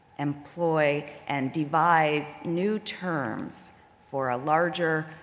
employ, and devise new terms for a larger,